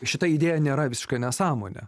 šita idėja nėra visiška nesąmonė